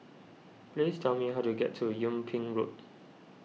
please tell me how to get to Yung Ping Road